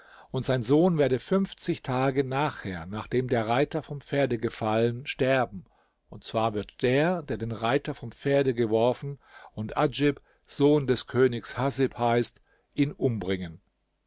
und sein sohn werde tage nachher nachdem der reiter vom pferde gefallen sterben und zwar wird der der den reiter vom pferde geworfen und adjib sohn des königs haßib heißt ihn umbringen